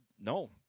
No